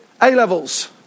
A-levels